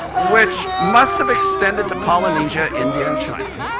which must have extended to polynesia, india, and china.